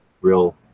real